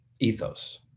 ethos